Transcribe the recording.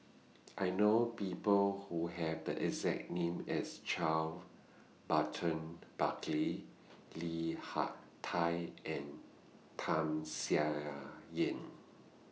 I know People Who Have The exact name as Charles Burton Buckley Li Hak Tai and Tham Sien Yen